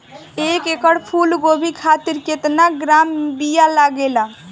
एक एकड़ फूल गोभी खातिर केतना ग्राम बीया लागेला?